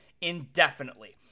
indefinitely